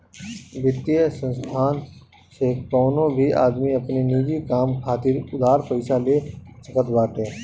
वित्तीय संस्थान से कवनो भी आदमी अपनी निजी काम खातिर उधार पईसा ले सकत बाटे